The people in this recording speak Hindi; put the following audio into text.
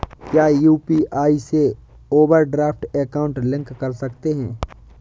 क्या यू.पी.आई से ओवरड्राफ्ट अकाउंट लिंक कर सकते हैं?